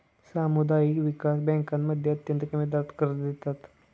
सामुदायिक विकास बँकांमध्ये अत्यंत कमी दरात कर्ज देतात